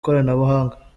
koranabuhanga